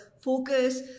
focus